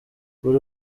buri